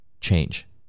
change